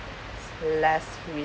less we